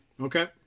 Okay